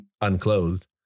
unclothed